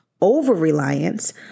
over-reliance